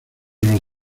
los